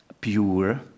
pure